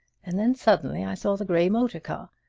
and then suddenly i saw the gray motor car.